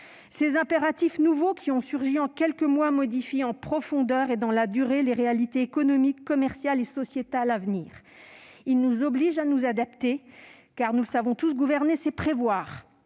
Ces impératifs nouveaux, qui ont surgi en quelques mois, modifient en profondeur et dans la durée les réalités économiques, commerciales et sociétales à venir. Ils nous obligent à nous adapter, car, nous le savons tous, gouverner, c'est prévoir,